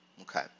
Okay